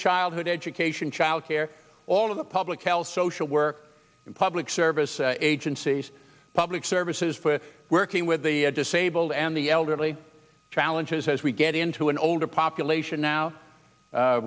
childhood education childcare all of the public health social work public service agencies public services for working with the disabled and the elderly challenges as we get into an older population